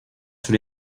sur